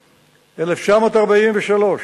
1943,